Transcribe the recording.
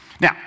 Now